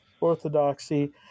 orthodoxy